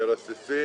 מרססים,